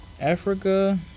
Africa